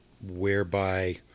whereby